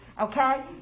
Okay